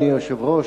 אדוני היושב-ראש,